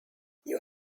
you